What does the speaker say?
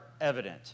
evident